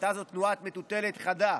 הייתה זו תנועת מטוטלת חדה.